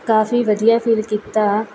ਕਾਫ਼ੀ ਵਧੀਆ ਫੀਲ ਕੀਤਾ